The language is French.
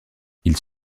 ils